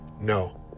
No